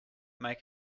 make